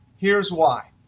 here's why.